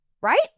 right